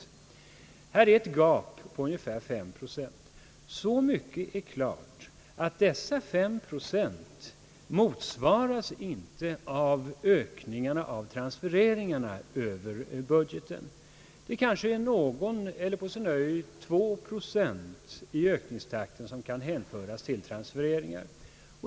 Här finns alltså ett gap på omkring 5 procent. Så mycket är klart, att dessa 5 procent inte motsvaras av ökade transfereringar över budgeten — det är kanske 1 eller på sin höjd 2 procent av ökningstakten som kan hänföras till transfereringar.